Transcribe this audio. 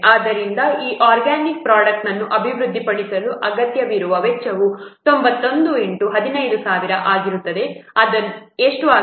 ಆದ್ದರಿಂದ ಈ ಆರ್ಗ್ಯಾನಿಕ್ ಪ್ರೊಡಕ್ಟ್ನನ್ನು ಅಭಿವೃದ್ಧಿಪಡಿಸಲು ಅಗತ್ಯವಿರುವ ಸಿಬ್ಬಂದಿ ವೆಚ್ಚವು 91 15000 ಆಗಿರುತ್ತದೆ ಅದು ಎಷ್ಟು ಆಗುತ್ತದೆ